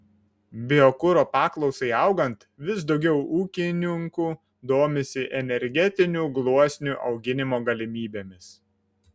biokuro paklausai augant vis daugiau ūkininkų domisi energetinių gluosnių auginimo galimybėmis